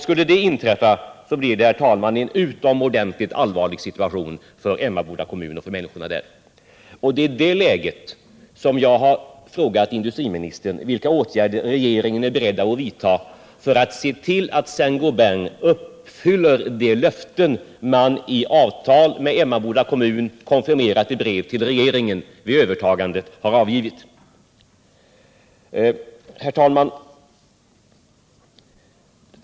Skulle det inträffa, blir situationen för Emmaboda kommun och människorna där utomordentligt allvarlig. Det är i detta läge jag har frågat industriministern vilka åtgärder regeringen är beredd att vidta för att se till att Saint Gobain uppfyller de löften som företaget vid övertagandet gav i avtal med Emmaboda kommun, konfirmerade i brev till regeringen.